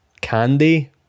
candy